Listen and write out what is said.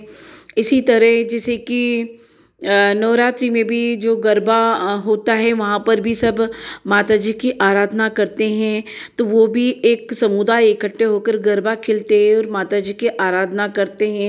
इसी तरह जैसे कि नवरात्रि में भी जो गरबा होता है वहाँ पर भी सब माता जी की आराधना करते हैं तो वह भी एक समुदाय इकट्ठे हो कर गरबा खेलते हैं और माता जी की आराधना करते हैं